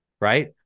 right